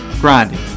grinding